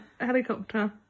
helicopter